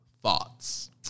Thoughts